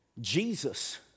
Jesus